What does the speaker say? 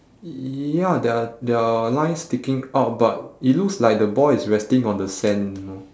ya there are there are lines sticking out but it looks like the ball is resting on the sand you know